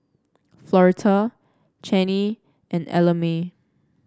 Floretta Channie and Ellamae